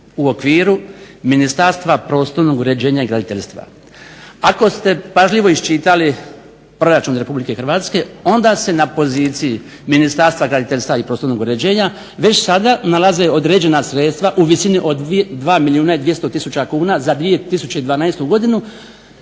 u okviru Ministarstva prostornog uređenja i graditeljstva. Ako ste pažljivo iščitali proračun Republike Hrvatske onda se na poziciji Ministarstva graditeljstva i prostornog uređenja već sada nalaze određena sredstva u visini od 2 milijuna i 200 tisuća kuna za 2012. godinu,